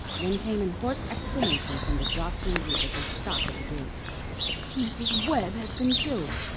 then came in hoarse explanation from the jostling group as they stopped at the gate mrs. webb has been killed!